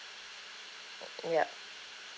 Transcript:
yup